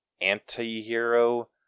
anti-hero